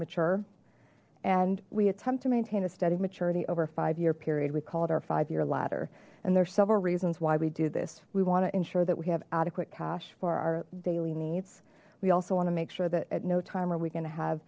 mature and we attempt to maintain a steady maturity over a five year period we call it our five year ladder and there are several reasons why we do this we want to ensure that we have adequate cash for our daily needs we also want to make sure that at no time are we going to have